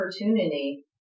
opportunity